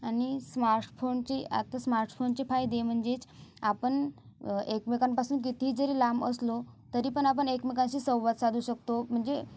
आणि स्मार्टफोनचे आता स्मार्टफोनचे फायदे म्हणजेच आपण एकमेकांपासून किती जरी लांब असलो तरी पण आपण एकमेकांशी संवाद साधू शकतो म्हणजे